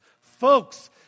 Folks